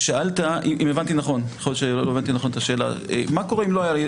אשאל את השאלה ברור.